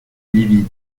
livide